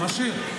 משאיר.